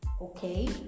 Okay